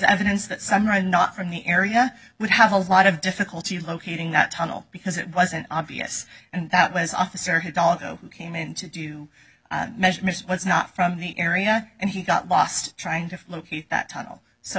evidence that some are not from the area would have a lot of difficulty locating that tunnel because it wasn't obvious and that was officer had all came in to do measurements was not from the area and he got lost trying to locate that tunnel so